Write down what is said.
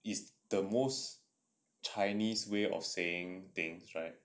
is the most chinese way of saying things right